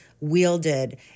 wielded